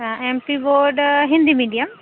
हाँ M P board Hindi medium